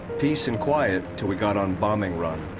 peace and quiet till we got on bombing run.